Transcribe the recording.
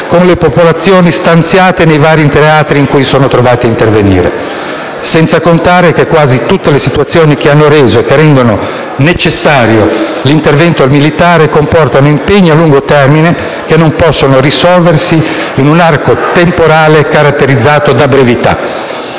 con le popolazioni stanziate nei vari teatri in cui si sono trovati a intervenire. Senza contare che quasi tutte le situazioni che hanno reso e che rendono necessario l'intervento militare comportano impegni a lungo termine, che non possono risolversi in un arco temporale caratterizzato da brevità.